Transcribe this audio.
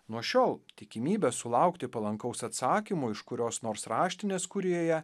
nuo šiol tikimybė sulaukti palankaus atsakymo iš kurios nors raštinės kurijoje